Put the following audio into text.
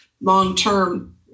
long-term